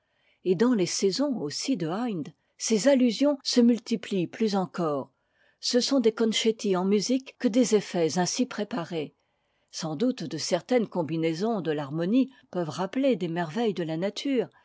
et dans les saisons aussi de haydn ces allusions se multiplient plus encore ce sont des concetti en musique que des effets ainsi préparés sans doute de certaines combinaisons de l'harmonie peuvent rappeler des merveilles de la nature